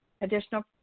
additional